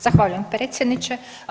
Zahvaljujem predsjedniče.